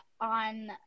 on